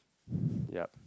yup